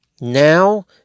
now